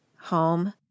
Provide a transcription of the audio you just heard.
home